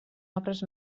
obres